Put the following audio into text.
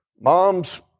Mom's